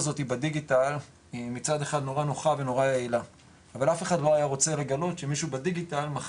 מה שמייצר לנו למשל אפילו רק מבחינת הכמות חובת